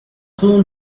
soon